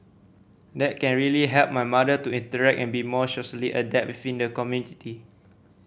that can really help my mother to interact and be more socially adept within the community